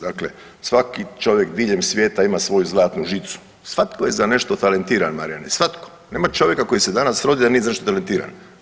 Dakle svaki čovjek diljem svijeta ima svoju zlatnu žicu, svatko je za nešto talentiran Marijane, svatko, nema čovjeka koji se danas rodi da nije za nešto talentiran.